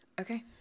okay